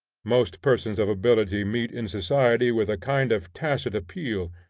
most persons of ability meet in society with a kind of tacit appeal.